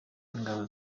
ingabo